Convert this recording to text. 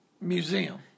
museum